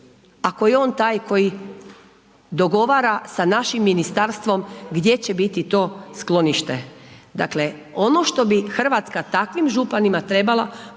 ako je on taj koji dogovara sa našim ministarstvom gdje će biti to sklonište. Dakle, ono što bi Hrvatska takvim županima trebala